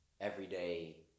everyday